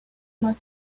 más